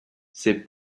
c’est